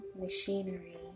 machinery